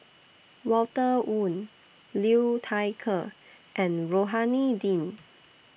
Walter Woon Liu Thai Ker and Rohani Din